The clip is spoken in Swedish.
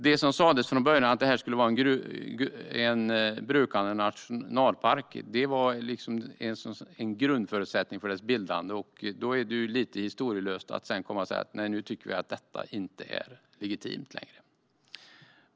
Det som sas från början - att det skulle vara en brukande nationalpark - var en grundförutsättning för dess bildande. Då är det lite historielöst att komma och säga att detta inte är legitimt längre.